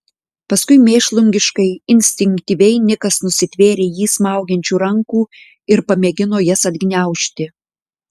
paskui mėšlungiškai instinktyviai nikas nusitvėrė jį smaugiančių rankų ir pamėgino jas atgniaužti